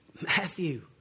Matthew